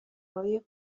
های